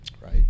Right